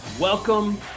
Welcome